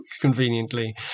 conveniently